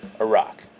Iraq